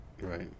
Right